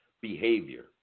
behavior